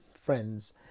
friends